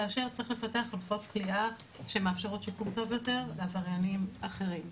כאשר צריך לפתח חלופות כליאה שמאפשרות שיקום טוב יותר לעבריינים אחרים.